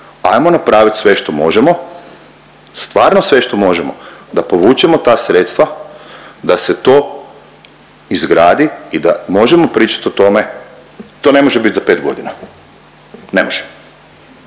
Ajmo napravit sve što možemo, stvarno sve što možemo da povučemo ta sredstva da se to izgradi i da možemo pričati o tome, to ne može bit za 5 godina, ne može.